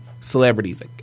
Celebrities